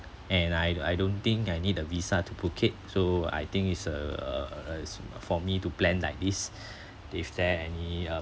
and I don't I don't think I need a visa to phuket so I think it's uh uh uh for me to plan like this is there any uh